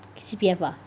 C_P_F bah